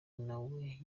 nawe